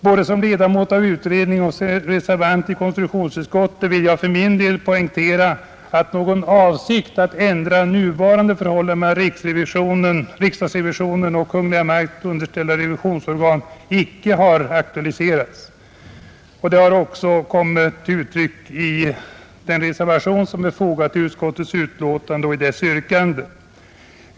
Både som ledamot av utredningen och som reservant i konstitutionsutskottet vill jag för min del poängtera att någon avsikt att ändra nuvarande förhållande mellan riksdagsrevisionen och de Kungl. Maj:t underställda revisionsorganen inte har aktualiserats. Detta har också kommit till uttryck i reservationen och dess yrkande.